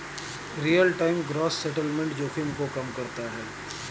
real time gross settlement जोखिम को कम करता है